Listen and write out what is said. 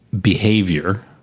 behavior